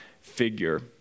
figure